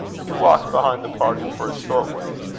hugh walked behind the party for a short way,